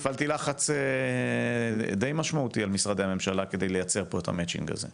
הפעלתי לחץ מאוד משמעותי על משרדי הממשלה כדי לייצר את ההתאמה הזו,